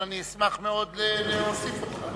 אבל אני אשמח מאוד להוסיף אותך.